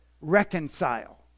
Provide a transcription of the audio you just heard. reconcile